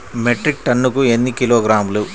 Metric టన్నుకు ఎన్ని కిలోగ్రాములు?